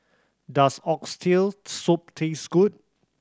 does Oxtail Soup taste good